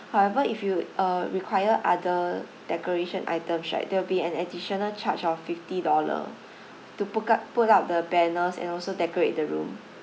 however if you uh require other decoration items right there will be an additional charge of fifty dollars to put up put up the banners and also decorate the room